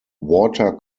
water